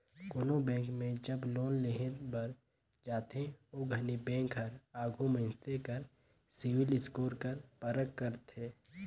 कोनो बेंक में जब लोन लेहे बर जाथे ओ घनी बेंक हर आघु मइनसे कर सिविल स्कोर कर परख करथे